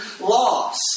loss